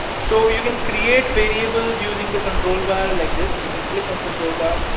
so you can create variables using the control bar like this. you can click on control bar,